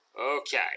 Okay